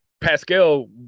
Pascal